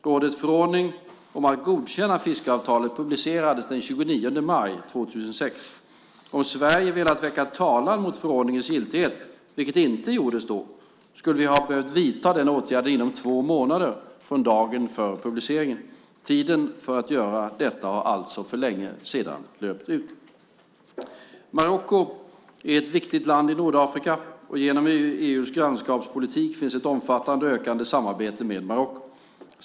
Rådets förordning om att godkänna fiskeavtalet publicerades den 29 maj 2006. Om Sverige hade velat väcka talan mot förordningens giltighet, vilket inte gjordes då, skulle vi ha behövt vidta den åtgärden inom två månader från dagen för publiceringen. Tiden för att göra detta har alltså för länge sedan löpt ut. Marocko är ett viktigt land i Nordafrika, och genom EU:s grannskapspolitik finns ett omfattande och ökande samarbete med Marocko.